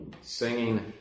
singing